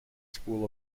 school